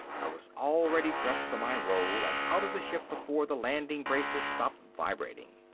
i was already dressed for my role, and out of the ship before the landing braces stopped vibrating.